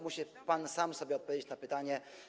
Musi pan sam sobie odpowiedzieć na pytanie.